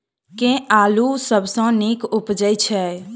केँ आलु सबसँ नीक उबजय छै?